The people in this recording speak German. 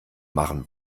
machen